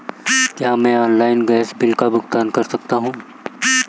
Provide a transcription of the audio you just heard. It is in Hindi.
क्या मैं ऑनलाइन गैस बिल का भुगतान कर सकता हूँ?